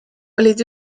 olid